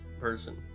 person